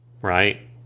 right